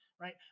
right